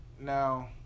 Now